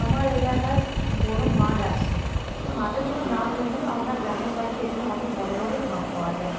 আমার এলাকায় বড় মাঠ আছে সেই মাঠের কোনো নাম নেই কেন আমরা গ্রামে থাকি এখানে অনেক বড় বড়ই মাঠ পাওয়া যায়